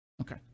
Okay